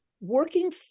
Working